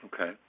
Okay